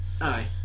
aye